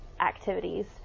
activities